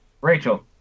Rachel